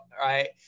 right